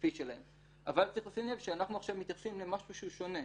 הכספי שלהם אבל צריך לשים לב שאנחנו עכשיו מתייחסים למשהו שהוא שונה.